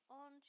on